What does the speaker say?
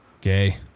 Gay